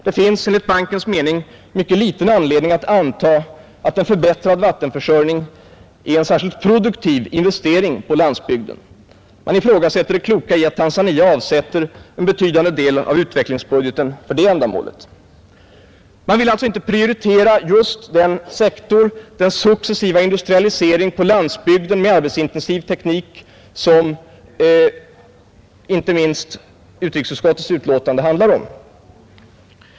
Det finns enligt bankens mening mycket liten anledning att anta att en förbättrad vattenförsörjning är en särskilt produktiv investering på landsbygden. Man ifrågasätter det kloka i att Tanzania använder en betydande del av utvecklingsbudgeten för det ändamålet. Man vill alltså inte prioritera just den sektor — den successiva industrialiseringen på landsbygden med arbetsintensiv teknik — som inte minst utrikesutskottets betänkande handlar om.